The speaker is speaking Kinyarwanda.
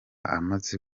amaze